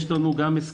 יש לנו הסכם,